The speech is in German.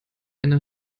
eine